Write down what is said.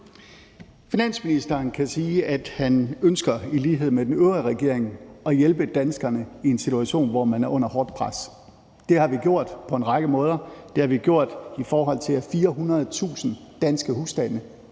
Finansministeren kan sige, at han i lighed med den øvrige regering ønsker at hjælpe danskerne i en situation, hvor man er under hårdt pres. Det har vi gjort på en række måder. Det har vi gjort, i forhold til at 400.000 danske husstande